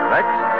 Next